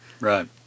Right